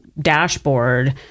dashboard